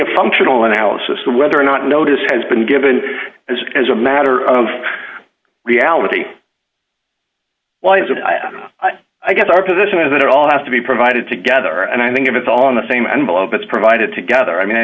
a functional analysis of whether or not notice has been given as a matter of reality i guess our position is that it all has to be provided together and i think if it's on the same envelope it's provided together i mean i